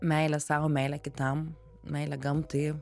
meilę sau meilę kitam meilę gamtai